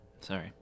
sorry